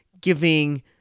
giving